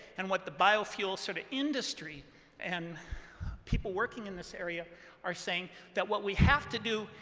and what the biofuel sort of industry and people working in this area are saying that what we have to do,